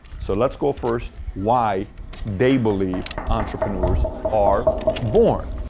so let's go first why they believe entrepreneurs are born.